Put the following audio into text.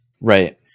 Right